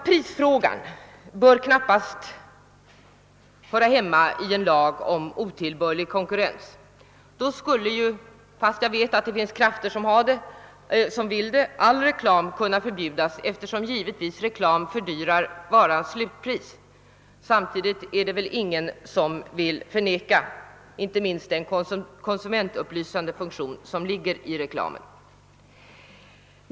Prisfrågan bör knappast höra hemma i en lag om otillbörlig konkurrens. Då skulle — jag vet att det finns krafter som vill det — all reklam kunna förbjudas eftersom givetvis reklam fördyrar varans slutpris. Samtidigt är det väl ingen som vill förneka den konsumentupplysande funktion som finns i reklamen.